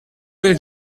will